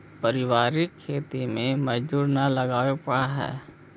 पारिवारिक खेती में मजदूरी न लगावे पड़ऽ हइ